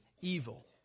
evil